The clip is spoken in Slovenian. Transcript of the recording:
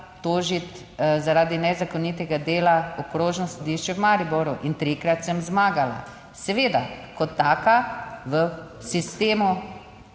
tožiti zaradi nezakonitega dela Okrožno sodišče v Mariboru in trikrat sem zmagala. Seveda kot taka v sistemu